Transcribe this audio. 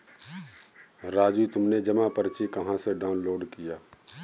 राजू तुमने जमा पर्ची कहां से डाउनलोड किया?